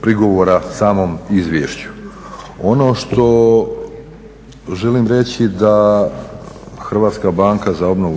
prigovora samom izvješću. Ono što želim reći, da HBOR u svom poslovanju